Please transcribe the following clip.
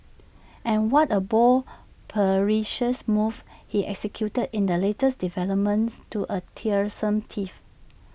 and what A bold perilous move he executed in the latest development to A tiresome tiff